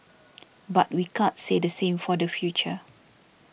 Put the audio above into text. but we can't say the same for the future